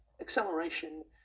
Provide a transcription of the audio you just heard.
acceleration